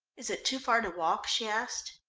is it too far to walk? she asked.